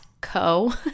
co